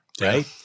right